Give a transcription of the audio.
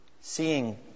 Seeing